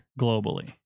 globally